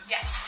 Yes